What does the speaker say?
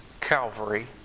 Calvary